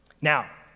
Now